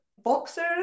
Boxers